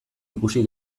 ikusi